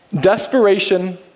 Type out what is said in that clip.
Desperation